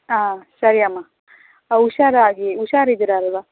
ಹಾಂ ಸರಿ ಅಮ್ಮ ಹುಷಾರಾಗಿ ಹುಷಾರಿದ್ದೀರಲ್ವಾ